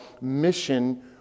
mission